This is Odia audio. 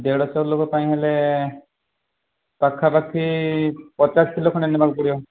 ଦେଢ଼ ଶହ ଲୋକ ପାଇଁ ହେଲେ ପାଖାପାଖି ପଚାଶ କିଲୋ ଖଣ୍ଡେ ନେବାକୁ ପଡ଼ିବ